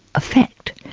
effect,